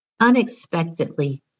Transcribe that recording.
unexpectedly